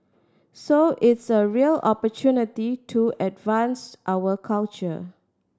so it's a real opportunity to advance our culture